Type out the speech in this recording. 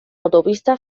autopista